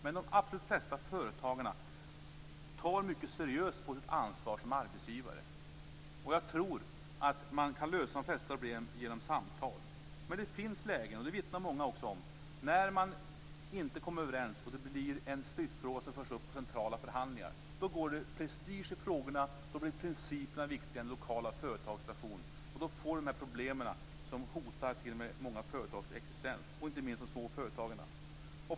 Men de absolut flesta företagarna tar mycket seriöst på sitt ansvar som arbetsgivare. Jag tror att man kan lösa de flesta problem genom samtal. Men det finns lägen, och det vittnar många också om, när man inte kommer överens och det blir en stridsfråga som förs upp i centrala förhandlingar. Då går det prestige i frågorna och då blir principerna viktigare än den lokala företagsstationen. Då får vi dessa problem som t.o.m. kan hota många företags existens, inte minst de små företagens.